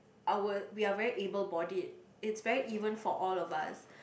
our we are very able board it it's very even for all of us